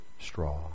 straw